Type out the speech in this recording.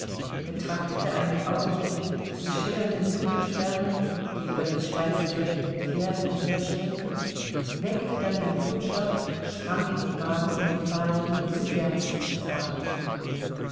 betrachtete einen augenblick die schillernden mückenschwärme die über den schweißbedeckten pferden umherschwirrten weckte dann den kutscher sprang in den wagen und befahl ihm zu brjanski zu fahren